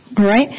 Right